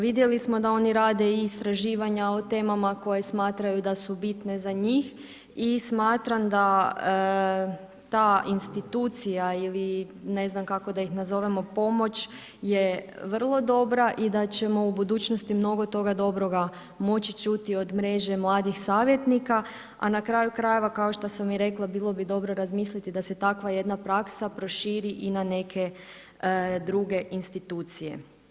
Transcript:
Vidjeli smo da oni rade i istraživanja o temama koje smatraju da su bitne za njih i smatram da ta institucija ili ne znam kako da ih nazovemo, pomoć, je vrlo dobra i da ćemo u budućnosti mnogo toga dobroga moći čuti od mreže mladih savjetnika, a na kraju krajeva, kao šta sam i rekla, bilo bi dobro razmisliti da se takva jedna praksa proširi i na neke druge institucije.